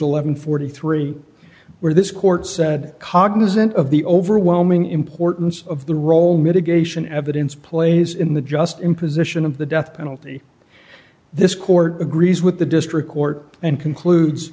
and forty three where this court said cognizant of the overwhelming importance of the role mitigation evidence plays in the just imposition of the death penalty this court agrees with the district court and concludes